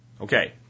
Okay